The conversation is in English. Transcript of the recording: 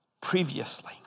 previously